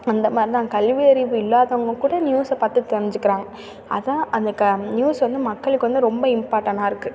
அந்தமாதிரிதான் கல்வியறிவு இல்லாதவங்கள் கூட நியூஸை பார்த்து தெரிஞ்சுக்கிறாங்க அதுதான் அந்த க நியூஸ் வந்து மக்களுக்கு வந்து ரொம்ப இம்பார்ட்டனாக இருக்குது